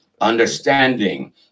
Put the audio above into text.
understanding